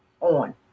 on